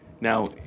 now